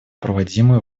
проводимую